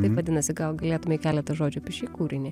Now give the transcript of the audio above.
taip vadinasi gal galėtumei keletą žodžių apie šį kūrinį